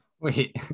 Wait